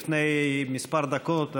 לפני כמה דקות,